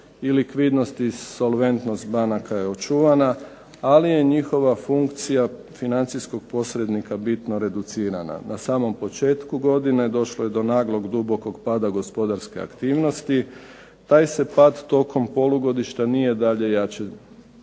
likvidnost i solventnost banaka je očuvana, a li je njihova funkcija financijskog posrednika bitno reducirana. Na samom početku godine došlo je do naglog dubokog pada gospodarske aktivnosti. Taj se pad tokom polugodišta nije dalje jače